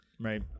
Right